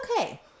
okay